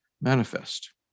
manifest